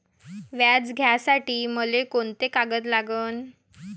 व्याज घ्यासाठी मले कोंते कागद लागन?